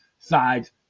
Sides